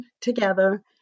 together